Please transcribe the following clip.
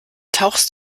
tauchst